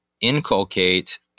inculcate